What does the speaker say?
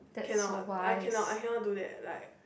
cannot I cannot I cannot do that like